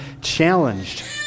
challenged